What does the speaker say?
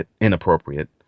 inappropriate